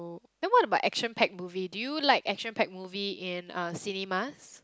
then what about action pack movie do you like action pack movie in uh cinemas